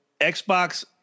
xbox